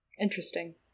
Interesting